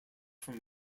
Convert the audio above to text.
from